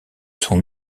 son